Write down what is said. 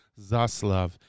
zaslav